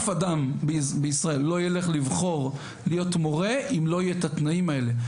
אף אדם בישראל לא ילך לבחור להיות מורה אם לא יהיו את התנאים האלה.